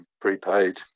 prepaid